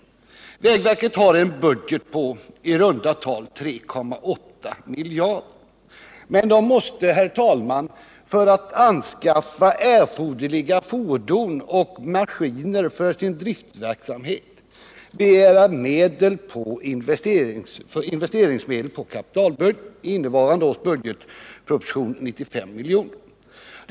Vägverket har en budget på i runt tal 3,8 miljarder kronor, men verket måste, herr talman, för att anskaffa erforderliga fordon och maskiner för sin verksamhet begära investeringsmedel på kapitalbudgeten —i innevarande års budgetproposition 95 milj.kr.